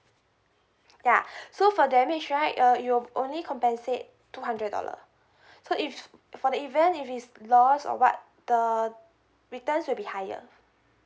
ya so for damage right uh you're only compensate two hundred dollar so if for the event if it's loss or what the returns will be higher